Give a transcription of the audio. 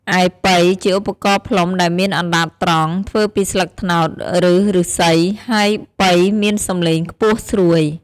ឯប៉ី ជាឧបករណ៍ផ្លុំដែលមានអណ្តាតត្រង់ ធ្វើពីស្លឹកត្នោត ឬឫស្សី ហើយប៉ីមានសំឡេងខ្ពស់ស្រួយ។